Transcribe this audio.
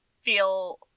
feel